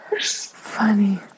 funny